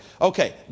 Okay